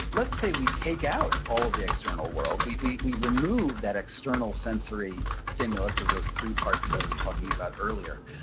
let's say we take out all of the external world, we we remove that external sensory stimulus of those three parts that i was talking about earlier.